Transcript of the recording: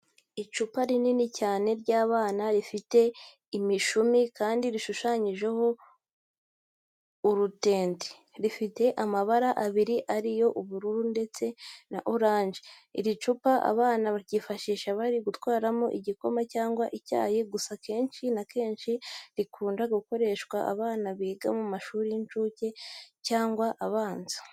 Icupa rinini cyane ry'abana rifite imishumi kandi rishushanyijeho urutente, rifite amabara abiri ari yo ubururu ndetse na oranje. Iri cupa abana baryifashisha bari gutwaramo igikoma cyangwa icyayi, gusa akenshi na kenshi rikunda gukoreshwa n'abana biga mu mashuri y'inshuke cyangwa abanza.